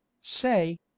say